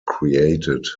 created